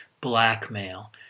blackmail